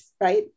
right